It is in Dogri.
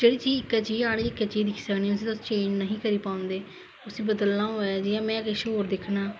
इके चीज जेहडी तुस चैंज नेई करी पांदे उसी बदलाना होऐ जियां में किश होर दिक्खना